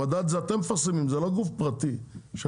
המדד זה אתם מפרסמים, זה לא גוף פרטי שמפרסם.